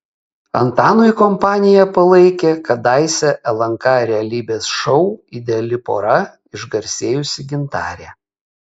antanui kompaniją palaikė kadaise lnk realybės šou ideali pora išgarsėjusi gintarė